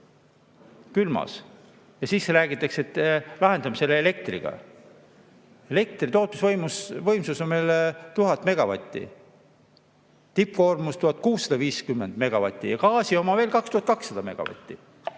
külmas. Siis räägitakse, et lahendame selle elektriga. Elektri tootmisvõimsus on meil 1000 megavatti, tippkoormus 1650 megavatti ja gaasi oma veel 2200 megavatti.